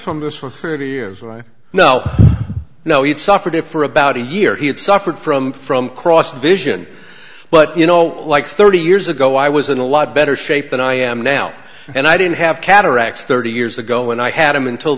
from this for thirty years and i know now he'd suffered it for about a year he had suffered from from cross vision but you know like thirty years ago i was in a lot better shape than i am now and i didn't have cataracts thirty years ago when i had him until